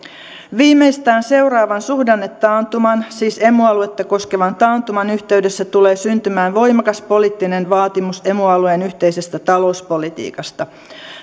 viimeistään seuraavan suhdannetaantuman siis emu aluetta koskevan taantuman yhteydessä tulee syntymään voimakas poliittinen vaatimus emu alueen yhteisestä talouspolitiikasta